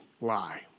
lie